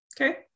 Okay